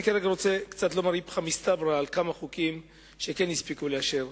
אני רוצה לומר קצת איפכא מסתברא על כמה חוקים שכן הספיקו לאשר